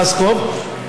פלוסקוב,